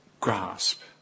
grasp